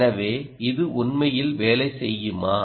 எனவே இது உண்மையில் வேலை செய்யுமா